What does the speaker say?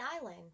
island